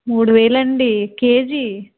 మూడు వేలండి కేజీ